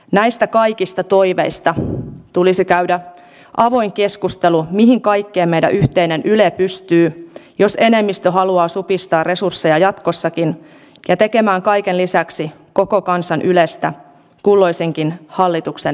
näistä kaikista toiveista tulisi käydä avoin keskustelu mihin kaikkeen meidän yhteinen yle pystyy jos enemmistö haluaa supistaa resursseja jatkossakin ja tehdä kaiken lisäksi koko kansan ylestä kulloisenkin hallituksen äänitorven